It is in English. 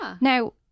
Now